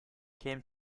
came